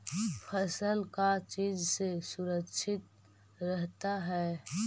फसल का चीज से सुरक्षित रहता है?